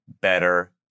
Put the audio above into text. better